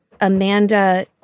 Amanda